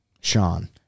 Sean